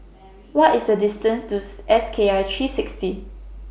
What IS The distance to S K I three sixty